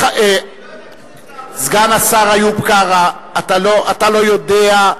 אני לא יודע, סגן השר איוב קרא, אתה לא יודע.